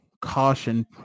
caution